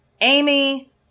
Amy